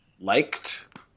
liked